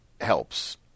helps